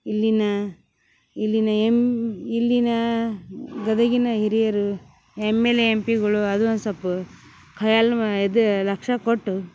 ಇಲ್ಲಿನ ಇಲ್ಲಿನ ಎಮ್ ಇಲ್ಲಿನಾ ಗದಗಿನ ಹಿರಿಯರು ಎಮ್ ಎಲ್ ಎ ಎಮ್ ಪಿಗಳು ಅದು ಒಂದು ಸೊಲ್ಪ ಕೈಯಾಲ ಮ ಇದ ಲಕ್ಷ್ಯ ಕೊಟ್ಟು